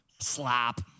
Slap